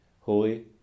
Holy